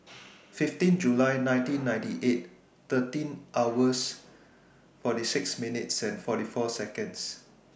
fifteen July nineteen ninety eight thirteen hours forty six minutes forty four Seconds